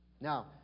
Now